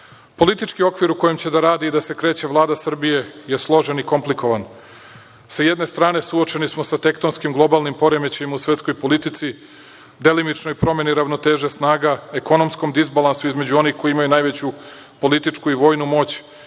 zemlja. Politički okvir u kojem će da radi i da se kreće Vlada Srbije je složen i komplikovan. Sa jedne strane, suočeni smo sa tektonskim globalnim poremećajima u svetskoj politici, delimičnoj promeni ravnoteže snaga, ekonomskom disbalansu između onih koji imaju najveću političku i vojnu moć